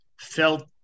felt